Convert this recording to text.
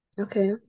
Okay